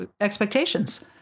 expectations